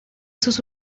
sus